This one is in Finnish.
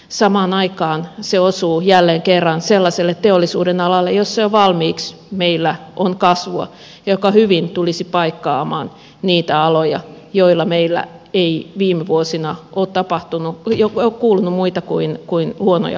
samaan aikaan se osuu jälleen kerran sellaiselle teollisuudenalalle jossa jo valmiiksi meillä on kasvua ja joka hyvin tulisi paikkaamaan niitä aloja joilla meillä ei viime vuosina ole kuulunut muita kuin huonoja uutisia